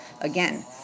Again